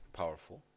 powerful